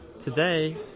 Today